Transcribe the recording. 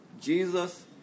Jesus